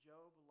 Job